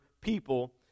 people